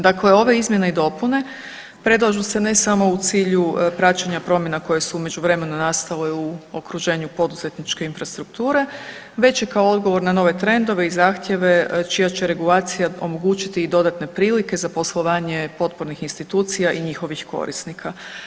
Dakle, ove izmjene i dopune predlažu se ne samo u cilju praćenja promjena koje su u međuvremenu nastale u okruženju poduzetničke infrastrukture već i kao odgovor na nove trendove i zahtjeve čija će regulacija omogućiti i dodatne prilike za poslovanje potpornih institucija i njihovih korisnika.